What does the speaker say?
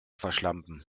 verschlampen